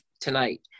tonight